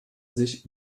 sich